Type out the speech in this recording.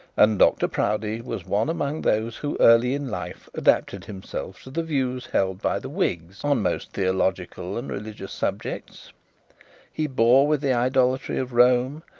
and dr proudie was one among those who early in life adapted himself to the views held by the whigs on most theological and religious subjects he bore with the idolatry of rome,